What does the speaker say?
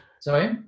Sorry